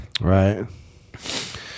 Right